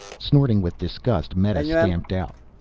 snorting with disgust, meta stamped out.